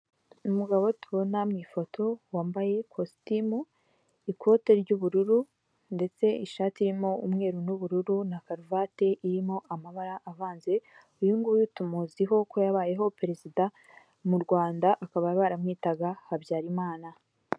Umugabo tubona mu ifoto wambaye ikositimu, ikote ry'ubururu ndetse ishati irimo umweru n'ubururu, na karuvati irimo amabara avanze, uyu nguyu tumuziho ko yabayeho perezida mu Rwanda bakaba baramwitaga Habyarimana.